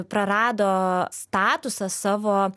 prarado statusą savo